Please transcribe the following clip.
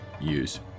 use